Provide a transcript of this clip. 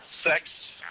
sex